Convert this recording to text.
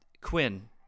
Quinn